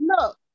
Look